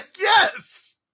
Yes